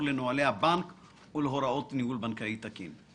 לנהלי הבנק ולהוראות ניהול בנקאי תקין.